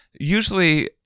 Usually